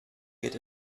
geht